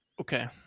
Okay